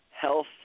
health